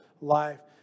life